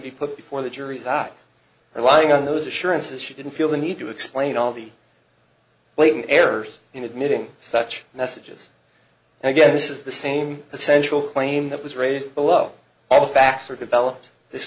to be put before the jury's eyes or lying on those assurances she didn't feel the need to explain all the blatant errors in admitting such messages and again this is the same essential claim that was raised below all facts are developed this